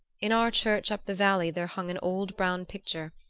in our church up the valley there hung an old brown picture,